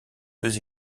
deux